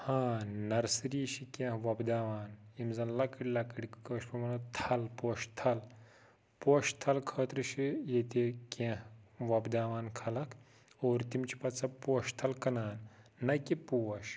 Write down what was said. ہاں نَرسٔری چھِ کیٚنٛہہ وۄپداوان یِم زَن لۄکٕٹۍ لۄکٕٹۍ کٲشٕر پٲٹھۍ وَنو تھَل پوشہٕ تھَل پوشہٕ تھَل خٲطرٕ چھِ ییٚتہِ کیٚنٛہہ وۄپداوان خلق اور تِم چھِ پَتہٕ سۄ پوشہٕ تھَل کٕنان نَہ کہِ پوش